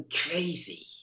Crazy